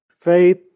faith